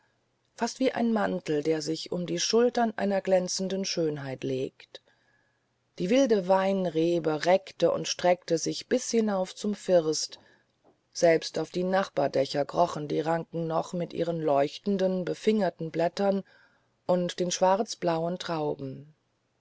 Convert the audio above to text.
fast wie ein mantel der sich um die schultern einer glänzenden schönheit legt die wilde weinrebe reckte und streckte sich bis hinauf zum first selbst auf die nachbardächer krochen die ranken noch mit ihren leuchtenden gefingerten blättern und den schwarzblauen trauben